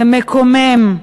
זה מקומם.